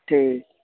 ठीकु